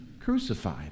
crucified